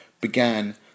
began